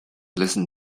listen